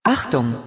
Achtung